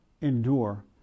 endure